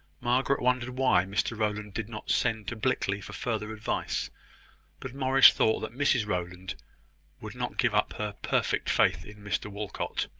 margaret wondered why mr rowland did not send to blickley for further advice but morris thought that mrs rowland would not give up her perfect faith in mr walcot,